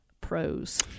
pros